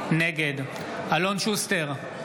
נגד אלון שוסטר,